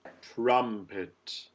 trumpet